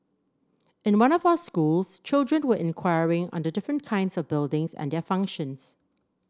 in one of our schools children were inquiring on the different kinds of buildings and their functions